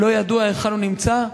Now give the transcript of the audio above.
לא ידוע היכן הוא נמצא.